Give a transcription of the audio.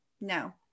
No